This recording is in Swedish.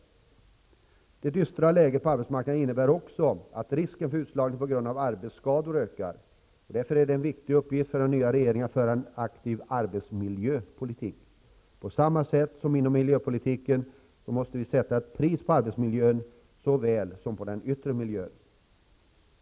Det dystra läget på arbetsmarknaden innebär också att risken för utslagning på grund av arbetsskador ökar. Därför är det också en viktig uppgift för den nya regeringen att föra en aktiv arbetsmiljöpolitik. På samma sätt som inom miljöpolitiken måste vi sätta ett pris på arbetsmiljön såväl som på den yttre miljön.